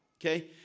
okay